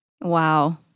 Wow